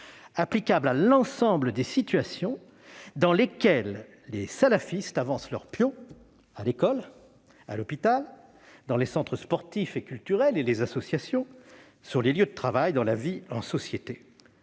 applicable à l'ensemble des situations dans lesquelles les salafistes avancent leurs pions : à l'école, à l'hôpital, dans les centres sportifs et culturels et les associations, sur les lieux de travail, dans la vie en société